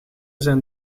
zijn